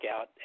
out